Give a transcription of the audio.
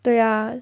对呀